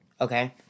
Okay